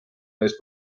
mees